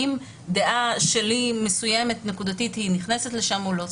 האם דעה שלי, מסוימת, נקודתית, נכנסת לשם או לא?